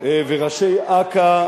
וראשי אכ"א.